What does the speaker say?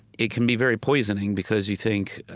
it can be very poisoning, because you think,